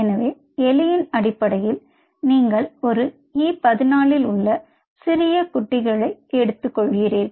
எனவே எலியின் அடிப்படையில் நீங்கள் ஒரு E 14ல் உள்ள சிறிய குட்டிகளை எடுத்துக்கொள்கிறீர்கள்